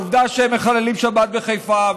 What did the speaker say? עובדה שמחללים שבת בחיפה,